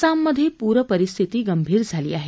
आसाममध्ये पूर परिस्थिती गंभीर झाली आहे